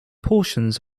portions